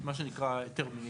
מה שנקרא היתר בנייה,